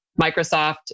Microsoft